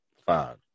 Fine